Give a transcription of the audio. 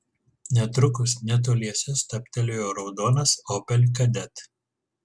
netrukus netoliese stabtelėjo raudonas opel kadett